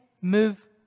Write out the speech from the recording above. move